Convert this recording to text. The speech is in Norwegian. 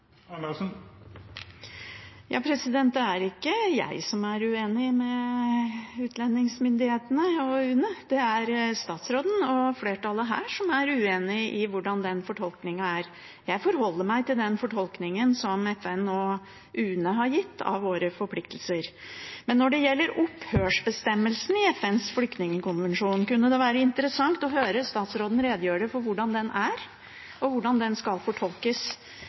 Det er ikke jeg som er uenig med utlendingsmyndighetene og UNE. Det er statsråden og flertallet her som er uenig i hvordan den fortolkningen er. Jeg forholder meg til den fortolkningen som FN og UNE har gitt av våre forpliktelser. Men når det gjelder opphevelsesbestemmelsen i FNs flyktningkonvensjon, kunne det være interessant å høre statsråden redegjøre for hvordan den er, og hvordan den skal fortolkes.